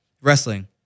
Wrestling